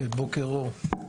בוקר אור.